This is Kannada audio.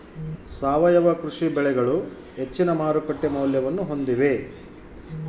ಸಾವಯವ ಕೃಷಿ ಬೆಳೆಗಳು ಹೆಚ್ಚಿನ ಮಾರುಕಟ್ಟೆ ಮೌಲ್ಯವನ್ನ ಹೊಂದಿವೆ